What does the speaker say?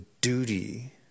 duty